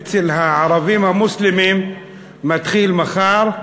אצל הערבים המוסלמים, מתחיל מחר,